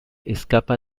escapa